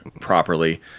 properly